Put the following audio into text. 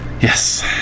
Yes